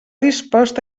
dispost